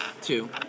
Two